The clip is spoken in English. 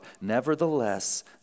Nevertheless